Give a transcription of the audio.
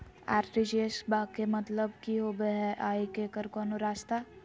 RTGS बा के मतलब कि होबे हय आ एकर कोनो और रस्ता?